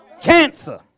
Cancer